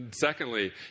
Secondly